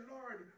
Lord